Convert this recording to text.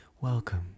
welcome